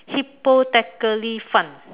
hypothetically fun